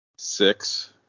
Six